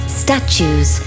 statues